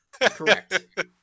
Correct